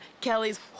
Kelly's